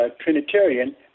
Trinitarian